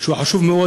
והוא חשוב מאוד,